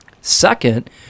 Second